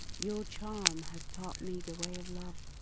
your charm has taught me the way of love.